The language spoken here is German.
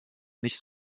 nicht